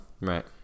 Right